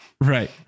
Right